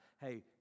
Hey